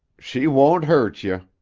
she won't hurt ye,